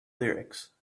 lyrics